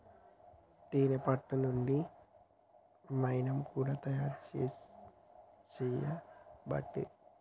తేనే పట్టు నుండి మైనం కూడా తయారు చేయబట్టిరి